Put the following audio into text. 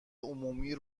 عمومی